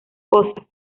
cosas